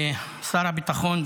שר הביטחון,